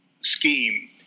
scheme